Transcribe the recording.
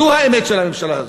זו האמת של הממשלה הזו.